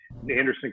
Anderson